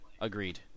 Agreed